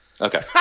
Okay